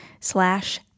slash